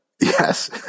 Yes